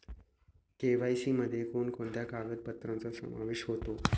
KYC मध्ये कोणकोणत्या कागदपत्रांचा समावेश होतो?